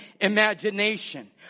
imagination